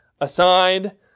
aside